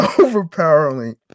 overpowering